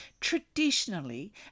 Traditionally